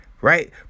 right